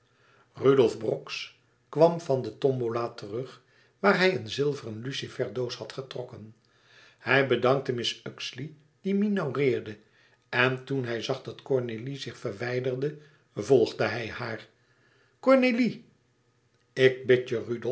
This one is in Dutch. rudolf brox kwam van de tombola terug waar hij een zilveren lucifersdoos had getrokken hij bedankte mrs uxeley die minaudeerde en toen hij zag dat cornélie zich verwijderde volgde hij haar cornélie ik bid